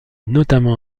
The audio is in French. notamment